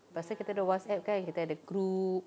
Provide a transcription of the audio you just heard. pasal kita ada Whatsapp kan kita ada group